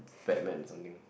Batman something